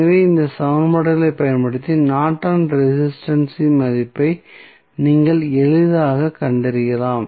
எனவே இந்த சமன்பாடுகளைப் பயன்படுத்தி நார்டனின் ரெசிஸ்டன்ஸ் இன் மதிப்பை நீங்கள் எளிதாகக் கண்டறியலாம்